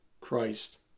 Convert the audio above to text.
christ